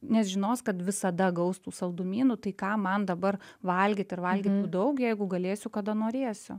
nu nes žinos kad visada gaus tų saldumynų tai kam man dabar valgyt ir valgyt jų daug jeigu galėsiu kada norėsiu